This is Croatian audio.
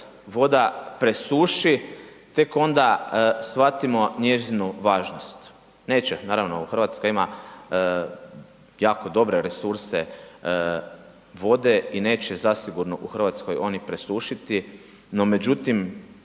vode presuši, tek onda shvatimo njezinu važnost. Neće naravno, Hrvatska ima jako dobre resurse vode i neće zasigurno u Hrvatskoj oni presušiti no međutim,